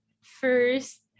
First